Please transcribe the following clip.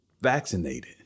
vaccinated